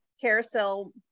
carousel